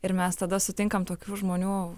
ir mes tada sutinkam tokių žmonių